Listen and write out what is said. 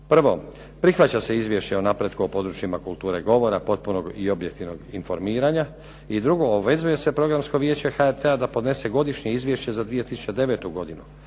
"1. Prihvaća se Izvješće o napretku u područjima kulture govora, potpunog i objektivnog informiranja. 2. Obvezuje se Programsko vijeće HRT-a da podnese Godišnje izvješće za 2009. godinu